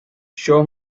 show